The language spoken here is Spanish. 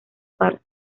partes